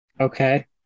Okay